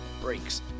brakes